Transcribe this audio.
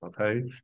okay